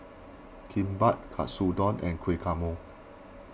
Kimbap Katsu Don and Guacamole